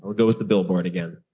we'll go with the billboard again.